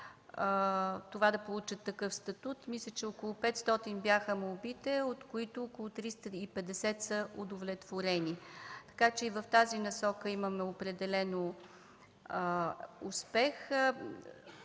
да получат такъв статут. Мисля, че около 500 бяха молбите, от които около 350 са удовлетворени, така че и в тази насока определено имаме